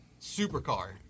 supercar